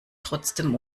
trotzdem